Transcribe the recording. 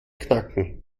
knacken